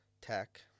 tech